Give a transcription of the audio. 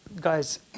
guys